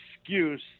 excuse